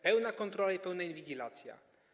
Pełna kontrola i pełna inwigilacja.